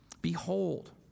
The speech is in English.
behold